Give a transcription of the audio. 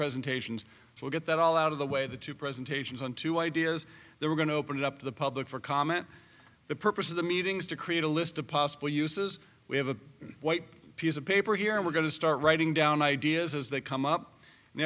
presentations so we get that all out of the way the two presentations on two ideas they were going to open it up to the public for comment the purpose of the meetings to create a list of possible uses we have a white piece of paper here and we're going to start writing down ideas as they come up